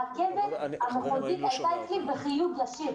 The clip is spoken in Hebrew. הרכזת המחוזית הייתה איתי בחיוג ישיר.